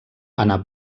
anà